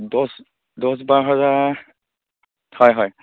দছ দছ বাৰ হাজাৰ হয় হয়